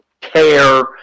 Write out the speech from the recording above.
care